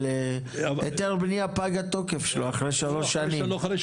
אבל היתר בניה פג התוקף שלו אחרי שלוש שנים,